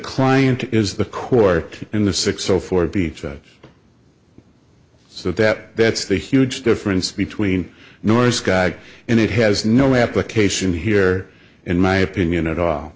client is the court in the six zero four beach so that that's the huge difference between north sky and it has no application here in my opinion at all